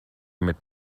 mit